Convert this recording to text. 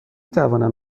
توانم